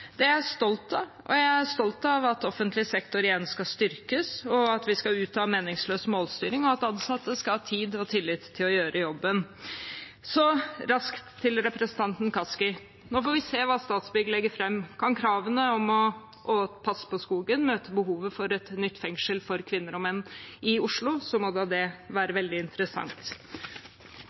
er jeg stolt av. Jeg er stolt av at offentlig sektor igjen skal styrkes, at vi skal ut av meningsløs målstyring, og at ansatte skal ha tid og tillit til å gjøre jobben. Så raskt til representanten Kaski: Nå får vi se hva Statsbygg legger fram. Kan kravene om å passe på skogen møte behovet for et nytt fengsel for kvinner og menn i Oslo, må da det være veldig interessant.